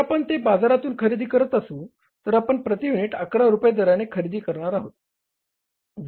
जर आपण ते बाजारातून खरेदी करत असू तर आपण प्रति युनिट 11 रुपये दराने खरेदी करणार आहोत